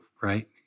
right